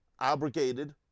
abrogated